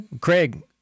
Craig